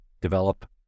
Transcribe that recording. develop